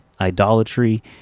idolatry